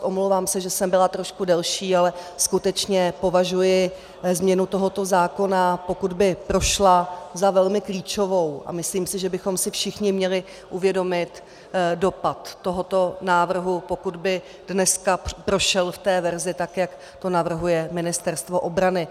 Omlouvám se, že jsem byla trošku delší, ale skutečně považuji změnu tohoto zákona, pokud by prošla, za velmi klíčovou a myslím si, že bychom si všichni měli uvědomit dopad tohoto návrhu, pokud by dneska prošel v té verzi, jak to navrhuje Ministerstvo obrany.